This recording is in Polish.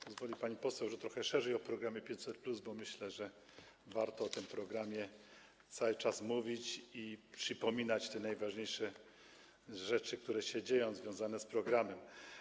Pozwoli pani poseł, że trochę szerzej powiem o programie 500+, bo myślę, że warto o tym programie cały czas mówić i przypominać najważniejsze rzeczy, które się dzieją, a są z nim związane.